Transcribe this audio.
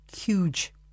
huge